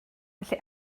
felly